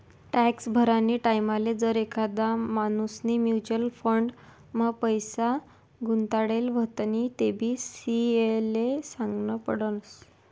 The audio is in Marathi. टॅक्स भरानी टाईमले जर एखादा माणूसनी म्युच्युअल फंड मा पैसा गुताडेल व्हतीन तेबी सी.ए ले सागनं पडस